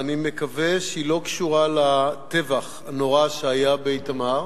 ואני מקווה שהיא לא קשורה לטבח הנורא שהיה באיתמר,